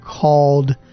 called